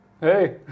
Hey